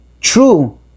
true